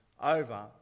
over